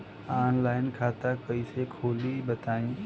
Online खाता कइसे खोली बताई?